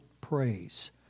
praise